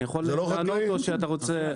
אני יכול לענות או שאתה רוצה?